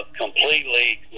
completely